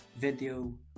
video